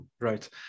Right